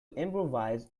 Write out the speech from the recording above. improvise